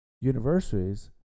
universities